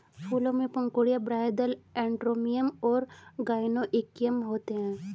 फूलों में पंखुड़ियाँ, बाह्यदल, एंड्रोमियम और गाइनोइकियम होते हैं